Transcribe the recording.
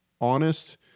honest